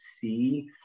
see